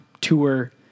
tour